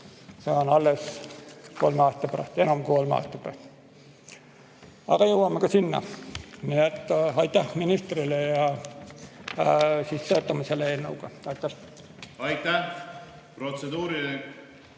on alles kolme aasta pärast, enam kui kolme aasta pärast. Aga jõuame ka sinna. Nii et aitäh ministrile ja töötame selle eelnõuga. Aitäh! Aitäh! Protseduuriline